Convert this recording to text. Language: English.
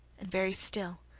and very still,